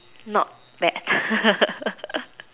not bad